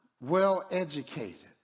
well-educated